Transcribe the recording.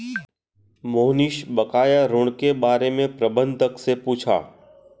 मोहनीश बकाया ऋण के बारे में प्रबंधक से पूछा